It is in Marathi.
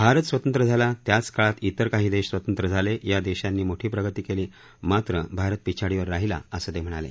भारत स्वतंत्र झाला त्याच काळात इतर काही देश स्वतंत्र झाले या देशानी मोठी प्रगती केली मात्र भारत पिछाडीवर राहिला असं ते म्हणाले